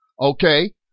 Okay